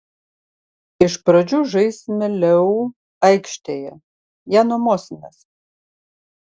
iš pradžių žaisime leu aikštėje ją nuomosimės